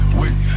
wait